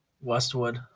westwood